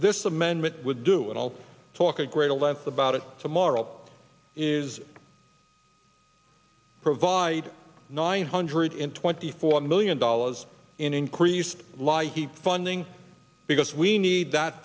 this amendment would do it all talk at greater length about it tomorrow is provide nine hundred in twenty four million dollars in increased ly he funding because we need that